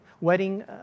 wedding